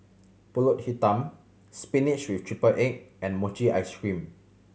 Pulut Hitam spinach with triple egg and mochi ice cream